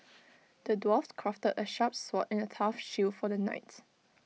the dwarf crafted A sharp sword and A tough shield for the knight